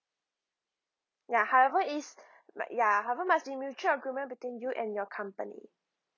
ya however it's mu~ ya however must be mutual agreement between you and your company